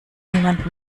niemand